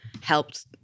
helped